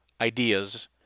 ideas